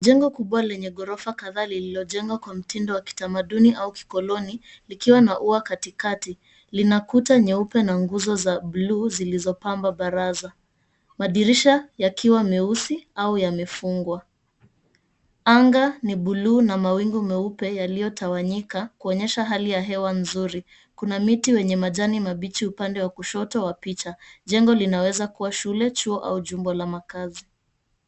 Jengo kubwa lenye ghorofa kadhaa lililojengwa kwa mtindo wa kitamaduni au kikoloni, likiwa na ua katikati. Lina kuta nyeupe na nguzo za bluu, zilizopamba baraza. Madirisha yakiwa meusi au yamefungwa. Anga ni buluu na mawingu meupe yaliyotawanyika, kuonyesha hali ya hewa nzuri. Kuna miti wenye majani mabichi upande wa kushoto wa picha. Jengo linaweza kuwa shule chuo au jimbo la makazi.